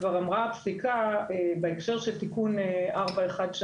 כבר אמרה הפסיקה בהקשר של תיקון 4(1)(3),